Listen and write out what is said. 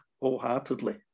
wholeheartedly